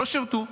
לא שירתו,